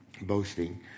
boasting